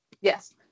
Yes